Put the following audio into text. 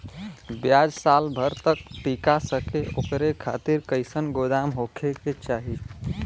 प्याज साल भर तक टीका सके ओकरे खातीर कइसन गोदाम होके के चाही?